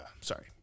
Sorry